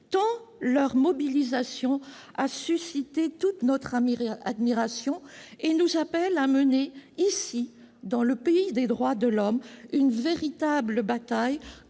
tant leur mobilisation a suscité notre admiration et nous appelle à mener, ici, dans le pays des droits de l'homme, une véritable bataille